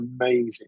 amazing